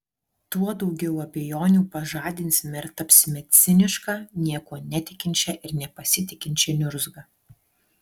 tuo daugiau abejonių pažadinsime ir tapsime ciniška niekuo netikinčia ir nepasitikinčia niurzga